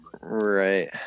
Right